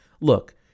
Look